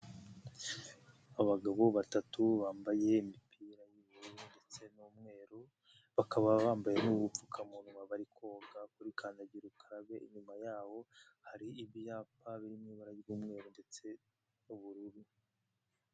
Abagabo batatu bambaye imipira y'ubururu ndetse n'umweru, bakaba bambaye n'ubupfukamunwa bari koga kuri kandagira ukarabe, inyuma yaho hari ibyapa birimo ibara ry'umweru ndetse n'ubururu.